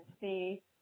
see –